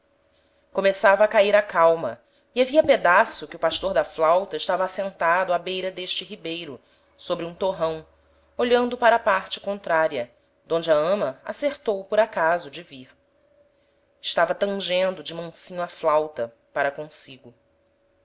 começava a cair a calma e havia pedaço que o pastor da flauta estava assentado á beira d'este ribeiro sobre um torrão olhando para a parte contraria d'onde a ama acertou por acaso de vir estava tangendo de mansinho a flauta para consigo